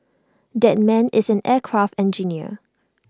that man is an aircraft engineer